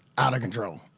out of control.